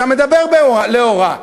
אתה מדבר לאורה.